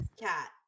cat